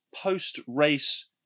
post-race